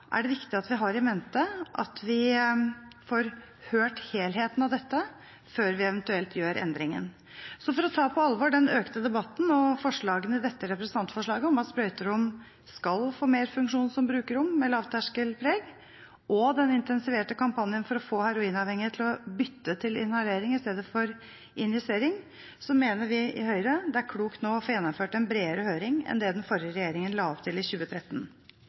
er det viktig at vi har i mente at vi får hørt helheten av dette før vi eventuelt gjør endringen. Så for å ta på alvor den økte debatten og forslagene i dette representantforslaget om at sprøyterom skal få mer funksjon som brukerrom med lavterskelpreg, og den intensiverte kampanjen for å få heroinavhengige til å bytte til inhalering i stedet for injisering, mener vi i Høyre det er klokt nå å få gjennomført en bredere høring enn det den forrige regjeringen la opp til i 2013.